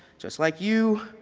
just like you,